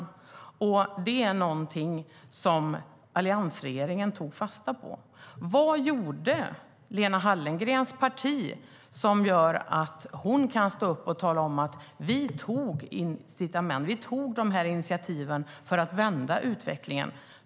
Det är någonting som Alliansen tagit fasta på. Vad gjorde Lena Hallengrens parti som gör att hon kan stå och tala om att man tog de här initiativen för att vända utvecklingen?